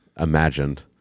imagined